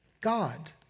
God